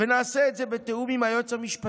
ונעשה את זה בתיאום עם היועץ המשפטי.